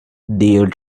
dear